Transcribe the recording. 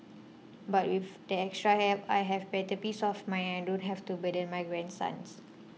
but with the extra help I have better peace of mind and I don't have to burden my grandsons